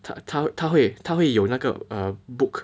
他他会他会有那个 a book